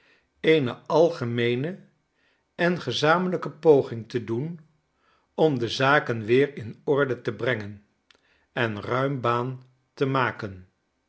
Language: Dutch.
eene algemeene en gezamenlijkepogirjgte doen om de zaken weer in orde te brengen enruimbaan te maken